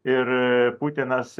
ir putinas